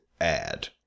add